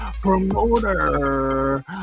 promoter